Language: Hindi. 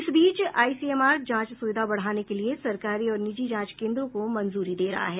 इस बीच आईसीएमआर जांच सुविधा बढ़ाने के लिए सरकारी और निजी जांच केंद्रों को मंजूरी दे रहा है